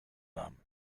haben